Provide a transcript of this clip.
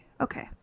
Okay